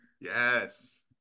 Yes